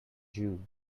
jew